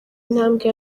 intambwe